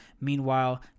Meanwhile